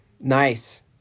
Nice